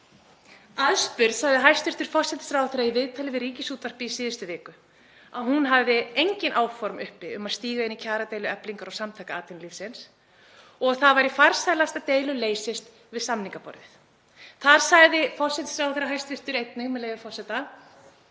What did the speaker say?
Aðspurð sagði hæstv. forsætisráðherra í viðtali við Ríkisútvarpið í síðustu viku að hún hefði engin áform uppi um að stíga inn í kjaradeilu Eflingar og Samtaka atvinnulífsins og það væri farsælast að deilur leystust við samningaborðið. Þar sagði hæstv. forsætisráðherra einnig, með leyfi forseta: